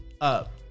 up